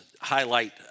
highlight